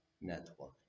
network